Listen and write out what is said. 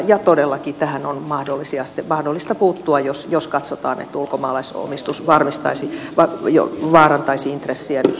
ja todellakin tähän on mahdollista puuttua jos katsotaan että ulkomaalaisomistus vaarantaisi intressiä